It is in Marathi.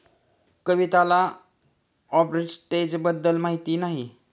कविताला आर्बिट्रेजबद्दल माहिती नाही